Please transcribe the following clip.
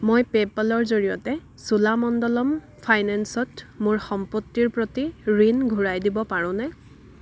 মই পে'পলৰ জৰিয়তে চোলামণ্ডলম ফাইনেন্সত মোৰ সম্পত্তিৰ প্ৰতি ঋণ ঘূৰাই দিব পাৰোঁনে